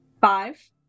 Five